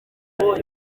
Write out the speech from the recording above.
kuza